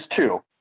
two